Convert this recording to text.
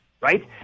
Right